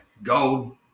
Gold